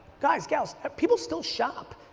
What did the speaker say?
guys, gals, people still shop,